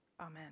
Amen